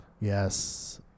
yes